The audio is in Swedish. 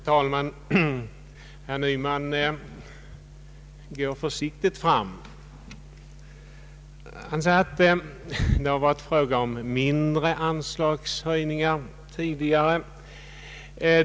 Herr talman! Herr Nyman går försiktigt fram. Han säger att det varit fråga om mindre anslagshöjningar tidigare.